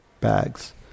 bags